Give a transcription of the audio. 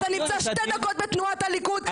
אתה נמצא שתי דקות בתנועת הליכוד,